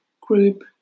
group